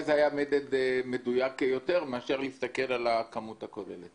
היה נותן לנו מדד יותר מדויק מאשר הסתכלות על הכמות הכוללת.